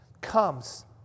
comes